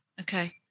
Okay